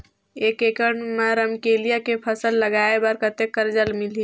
एक एकड़ मा रमकेलिया के फसल लगाय बार कतेक कर्जा मिलही?